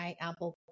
Apple